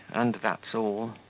and that's all.